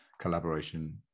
collaboration